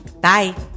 bye